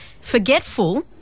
forgetful